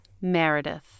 Meredith